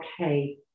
okay